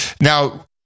Now